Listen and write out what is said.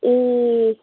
ए